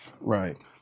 Right